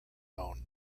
own